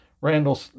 randall